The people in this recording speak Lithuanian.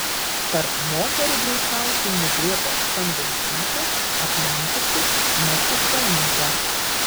tarp moterų greičiausiai nubėgo sanvaitytė aplenkusi maciušonytę